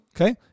Okay